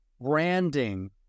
branding